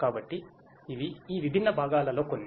కాబట్టి ఇవి ఈ విభిన్న భాగాలలో కొన్ని